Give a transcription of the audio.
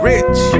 Rich